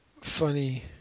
funny